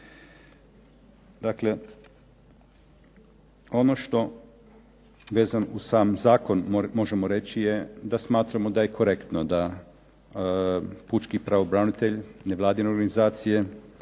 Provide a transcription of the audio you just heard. Dakle, ono što vezano uz sam zakon možemo reći je da smatramo da je korektno, da pučki pravobranitelj, nevladine organizacije